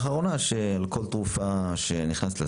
הסתבר לנו לאחרונה שעל כל תרופה שנכנסת לסל,